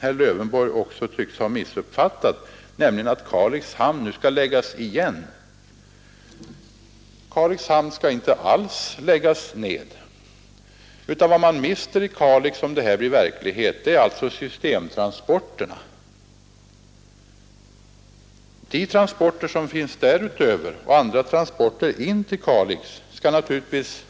Herr Lövenborg tycks ha gjort sig skyldig till en missuppfattning när han säger att Kalix hamn nu skall läggas igen. Kalix hamn skall inte alls läggas ned, utan vad man mister i Kalix, om det här blir verklighet, är systemtransporterna. Det som därutöver transporteras från och till Kalix skall naturligtvis